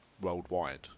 worldwide